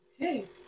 Okay